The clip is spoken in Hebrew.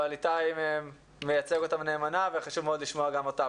אבל איתי מייצג אותם נאמנה וחשוב מאוד לשמוע גם אותם.